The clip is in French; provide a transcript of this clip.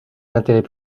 l’intérêt